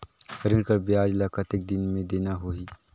ऋण कर ब्याज ला कतेक दिन मे देना होही?